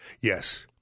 Yes